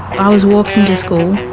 i was walking to school